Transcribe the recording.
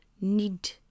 need